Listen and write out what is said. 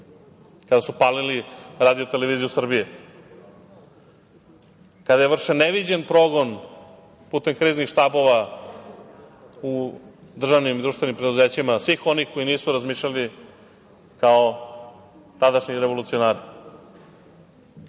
kada su palili RTS, kada je vršen neviđen progon putem kriznih štabova u državnim i društvenim preduzećima svih onih koji nisu razmišljali kao tadašnji revolucionari. Da